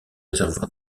réservoir